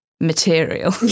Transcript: material